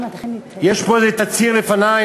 יש פה איזה תצהיר לפני.